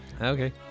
Okay